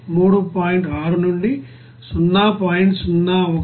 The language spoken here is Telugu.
60 నుండి 0